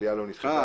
המליאה לא נדחתה.